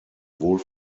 wohl